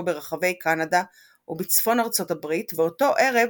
ברחבי קנדה ובצפון ארצות הברית ואותו ערב